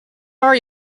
are